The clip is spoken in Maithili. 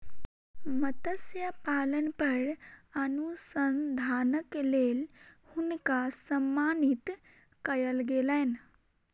मत्स्य पालन पर अनुसंधानक लेल हुनका सम्मानित कयल गेलैन